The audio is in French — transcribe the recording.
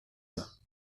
ans